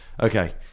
Okay